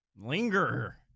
Linger